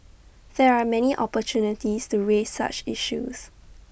there are many opportunities to raise such issues